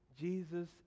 Jesus